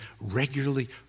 regularly